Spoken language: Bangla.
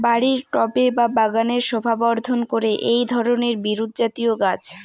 বাড়ির টবে বা বাগানের শোভাবর্ধন করে এই ধরণের বিরুৎজাতীয় গাছ